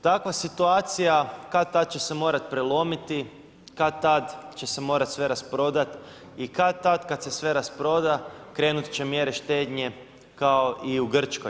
Takva situacija kad-tad će se morati prelomiti, kad-tad će se morat sve rasprodat i kad-tad kad se sve rasproda krenut će mjere štednje kao i u Grčkoj.